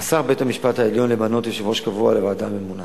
אסר בית-המשפט העליון למנות יושב-ראש קבוע לוועדה הממונה.